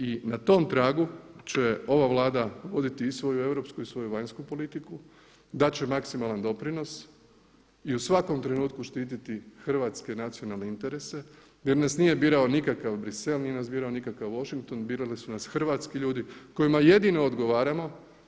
I na tom tragu će ova Vlada voditi i svoju europsku i svoju vanjsku politiku, dati će maksimalan doprinos i u svakom trenutku štititi hrvatske nacionalne interese jer nas nije birao nikakav Brisel, nije nas birao nikakav Washington, birali su nas hrvatski ljudi kojima jedino odgovaramo.